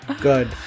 good